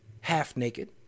half-naked